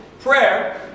Prayer